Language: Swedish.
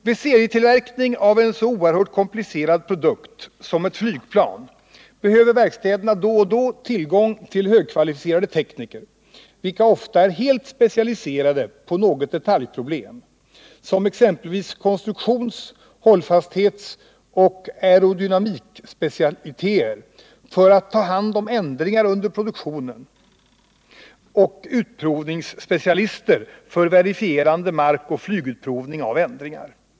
Vid serietillverkning av en så oerhört komplicerad produkt som ett flygplan behöver verkstäderna då och då tillgång till högkvalificerade tekniker vilka ofta är helt specialiserade på något detaljproblem, exempelvis konstruktion, hållfasthet och aerodynamik, för att ta hand om ändringar under produktionen. Man behöver också utprovningsspecialister för verifierande markoch flygutprovning av ändringar.